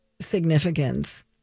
significance